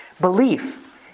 Belief